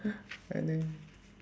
oh no